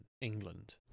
England